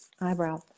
eyebrow